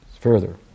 further